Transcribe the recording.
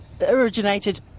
originated